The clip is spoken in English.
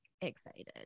excited